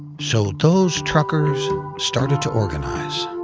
so those truckers started to organize.